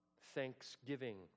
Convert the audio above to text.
thanksgiving